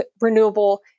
renewable